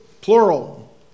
plural